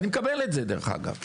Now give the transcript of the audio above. אני מקבל את זה, דרך אגב.